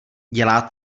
dělá